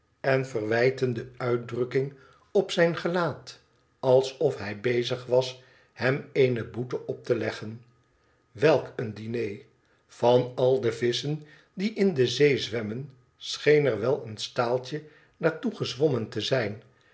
en verwijtende uitdrukking op zijn gelaat alsof hij bezig was hem eene boete op te leggen welk een diner van al de visschen die in de zee zwemmen scheen er wel een staaltje naar toe gezwommen te zijn